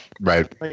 Right